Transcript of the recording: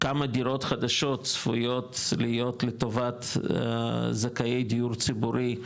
כמה דירות חדשות צפויות להיות לטובת זכאי דיור ציבורי,